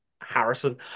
Harrison